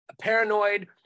paranoid